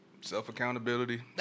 self-accountability